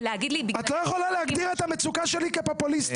ולהגיד לי --- את לא יכולה להגדיר את המצוקה שלי כפופוליסטית.